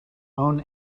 own